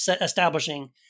establishing